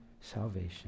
salvation